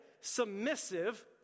submissive